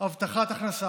הבטחת הכנסה.